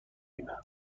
ﮐﺸﯿﺪﯾﻢ